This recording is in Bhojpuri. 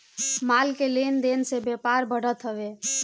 माल के लेन देन से व्यापार बढ़त हवे